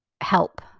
help